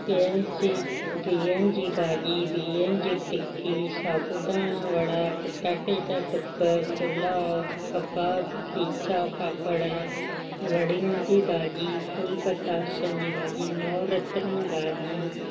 ॿियुनि जी बिहनि जी भाॼी बिहनि जी टिकी साबुत दाणा वड़ा पटाटे जा टुक पुलाउ कबाब खीचा पापड़ वड़ियुनि जी भाॼी फुल पताशनि जी भाॼी नौ रतन भाॼी